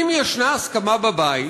אם יש הסכמה בבית,